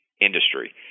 industry